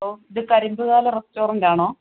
ഓഹ് ഇത് കരിന്തുവാലാ റെസ്റ്റോറൻ്റ് ആണോ